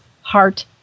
Heart